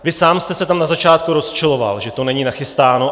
Vy sám jste se tam na začátku rozčiloval, že to není nachystáno.